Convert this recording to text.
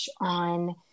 on